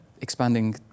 expanding